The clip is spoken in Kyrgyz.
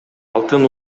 алтын